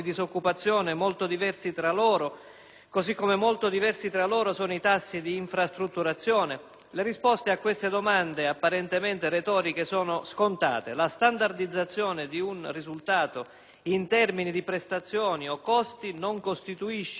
così come molto diversi tra loro sono i tassi di infrastrutturazione? Le risposte a queste domande apparentemente retoriche sono scontate. La standardizzazione di un risultato in termini di prestazioni o costi non costituisce affatto una variabile indipendente